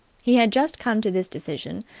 he had just come to this decision,